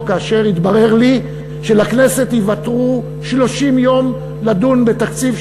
כאשר התברר לי שלכנסת ייוותרו 30 יום לדון בתקציב,